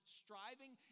striving